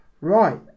Right